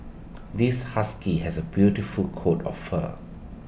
this husky has A beautiful coat of fur